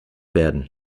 werden